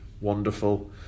wonderful